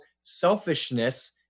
selfishness